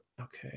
Okay